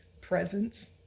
presence